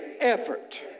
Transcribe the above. effort